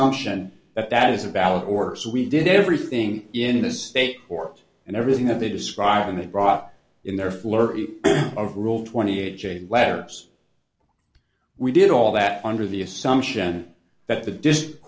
assumption that that is a valid or so we did everything in a state court and everything that they described when they brought in their flurry of rule twenty a j labs we did all that under the assumption that the